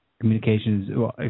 communications